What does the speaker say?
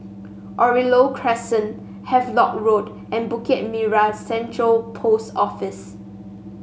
Oriole Crescent Havelock Road and Bukit Merah Central Post Office